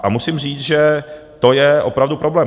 A musím říct, že to je opravdu problém.